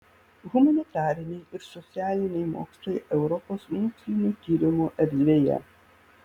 humanitariniai ir socialiniai mokslai europos mokslinių tyrimų erdvėje